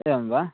एवं वा